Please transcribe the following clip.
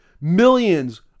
Millions